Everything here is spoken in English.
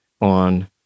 On